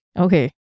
Okay